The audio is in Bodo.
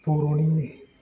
बर'नि